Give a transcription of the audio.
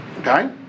Okay